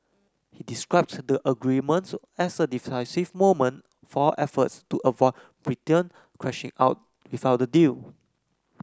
he described the agreements as a decisive moment for efforts to avoid Britain crashing out without a deal